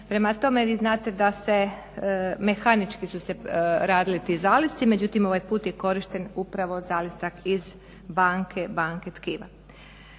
prema tome vi znate da se mehanički su se radili ti zalisci, međutim ovaj put je korišten upravo zalistak iz banke tkiva.